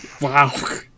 Wow